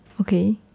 Okay